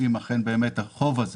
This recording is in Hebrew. האם אכן החוב הזה